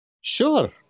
Sure